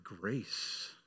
grace